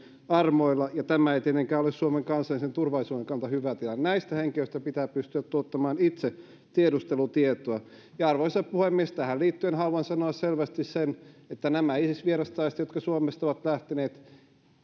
armoilla ja tämä ei tietenkään ole suomen kansallisen turvallisuuden kannalta hyvä tilanne näistä henkilöistä pitää pystyä tuottamaan itse tiedustelutietoa arvoisa puhemies tähän liittyen haluan sanoa selvästi sen että näille isis vierastaistelijoille jotka suomesta ovat lähteneet